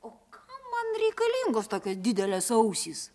o kam man reikalingos tokios didelės ausys